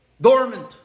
dormant